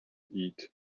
eat